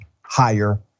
higher